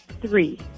Three